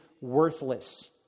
worthless